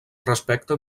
respecte